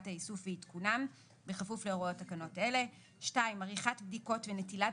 האיסוף ועדכונם בכפוף להוראות תקנות אלה; עריכת בדיקות ונטילת